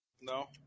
No